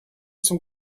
zum